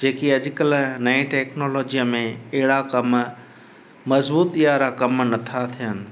जेकी अॼुकल्ह नईं टेक्नोलॉजीअ में अहिड़ा कमु मज़बूतीअ वारा कमु नथा थियनि